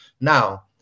Now